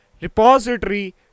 repository